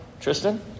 Tristan